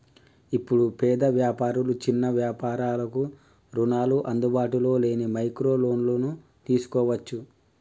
ఇప్పుడు పేద వ్యాపారులు చిన్న వ్యాపారులకు రుణాలు అందుబాటులో లేని మైక్రో లోన్లను తీసుకోవచ్చు